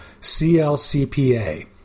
CLCPA